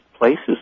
places